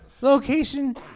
Location